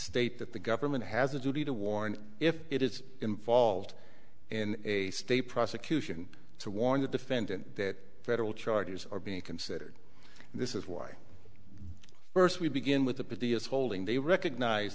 state that the government has a duty to warn if it is involved in a state prosecution to warn the defendant that federal charges are being considered and this is why first we begin with the party is holding they recognize